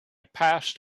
passed